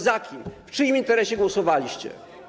Za kim, w czyim interesie głosowaliście?